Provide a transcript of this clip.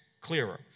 clearer